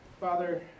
Father